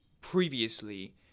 previously